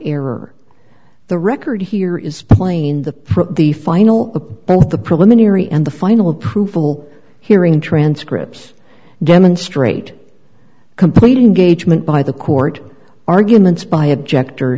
error the record here is plain the the final the preliminary and the final approval hearing transcripts demonstrate complete engagement by the court arguments by objector